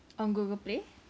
on Google Play